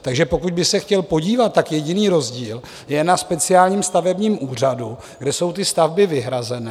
Takže pokud bych se chtěl podívat, jediný rozdíl je na Speciálním stavebním úřadu, kde jsou ty stavby vyhrazené.